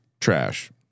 trash